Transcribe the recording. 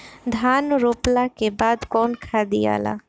धान रोपला के बाद कौन खाद दियाला?